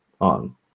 on